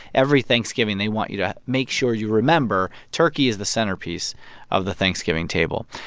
every thanksgiving, they want you to make sure you remember, turkey is the centerpiece of the thanksgiving table.